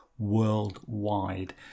worldwide